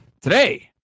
Today